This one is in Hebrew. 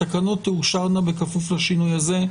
התקנות תאושרנה בכפוף לשינוי הזה.